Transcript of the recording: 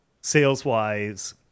sales-wise